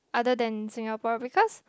other than Singapore because